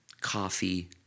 coffee